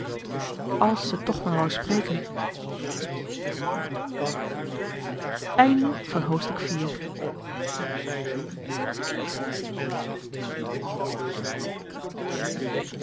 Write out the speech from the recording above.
als ze toch maar spreken